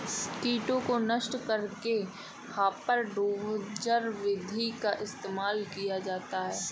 कीटों को नष्ट करने के लिए हापर डोजर विधि का इस्तेमाल किया जाता है